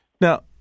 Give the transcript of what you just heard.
Now